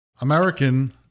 American